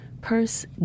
purse